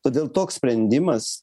todėl toks sprendimas